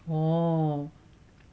oh